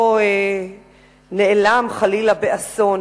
או שחלילה נעלם באסון.